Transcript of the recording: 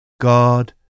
God